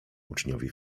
uczniowie